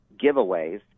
giveaways